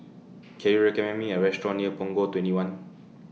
Can YOU recommend Me A Restaurant near Punggol twenty one